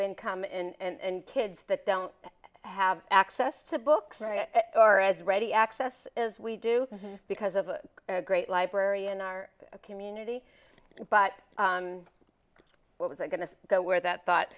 income and kids that don't have access to books or as ready access as we do because of a great library in our community but what was i going to go where that thought